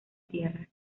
tierra